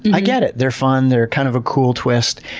i get it. they're fun. they're kind of a cool twist,